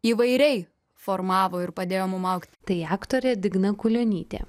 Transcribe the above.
įvairiai formavo ir padėjo mum augt tai aktorė digna kulionytė